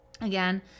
Again